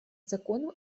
законным